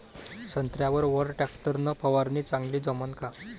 संत्र्यावर वर टॅक्टर न फवारनी चांगली जमन का?